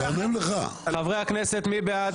חברי הכנסת, מי בעד?